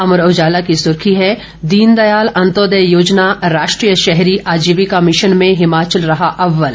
अमर उजाला की सुर्खी है दीनदयाल अंत्योदय योजना राष्ट्रीय शहरी आजीविका मिशन में हिमाचल रहा अव्वल